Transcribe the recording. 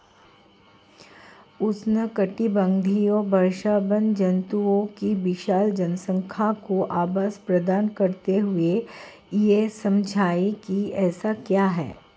उष्णकटिबंधीय वर्षावन जंतुओं की विशाल जनसंख्या को आवास प्रदान करते हैं यह समझाइए कि ऐसा क्यों है?